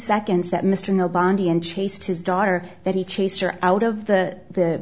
seconds that mr know bondi and chased his daughter that he chased her out of the